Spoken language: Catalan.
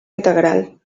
integral